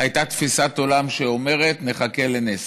הייתה תפיסת עולם שאומרת: נחכה לנס,